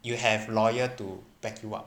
you have lawyer to back you up